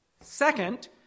Second